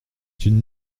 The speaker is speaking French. une